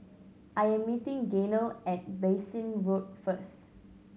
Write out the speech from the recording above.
I am meeting Gaynell at Bassein Road first